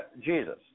Jesus